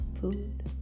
Food